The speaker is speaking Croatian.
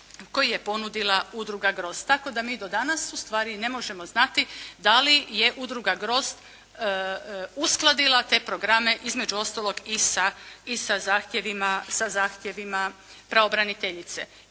koji je ponudila Udruga Grozd. Tako da mi do danas, ustvari, ne možemo znati da li je Udruga Grozd uskladila te programe između ostalog i sa zahtjevima pravobraniteljice.